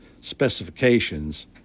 specifications